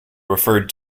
referred